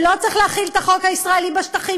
שלא צריך להחיל את החוק הישראלי בשטחים